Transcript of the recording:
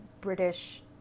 British